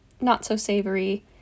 not-so-savory